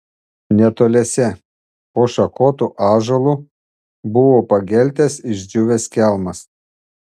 netoliese po šakotu ąžuolu buvo pageltęs išdžiūvęs kelmas